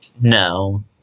No